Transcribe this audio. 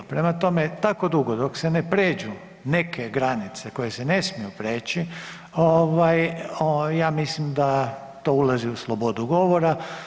Prema tome, tako dugo dok se ne prijeđu neke granice koje se ne smiju prijeći ja mislim da to ulazi u slobodu govora.